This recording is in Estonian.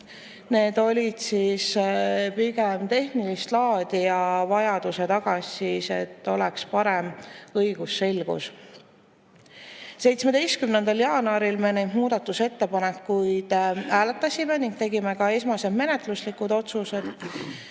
Need olid pigem tehnilist laadi ja nende vajaduse tingis see, et oleks tagatud parem õigusselgus. 17. jaanuaril me neid muudatusettepanekuid hääletasime ning tegime ka esmased menetluslikud otsused.